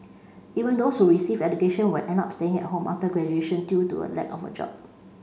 even those who received education would end up staying at home after graduation due to the lack of a job